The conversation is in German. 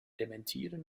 dementieren